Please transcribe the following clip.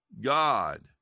God